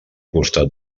costat